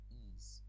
ease